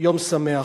יום שמח.